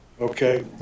okay